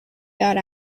got